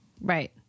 Right